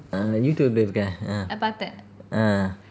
ah youtube lah இருக்கே:iruke ah ah